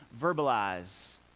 verbalize